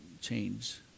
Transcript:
change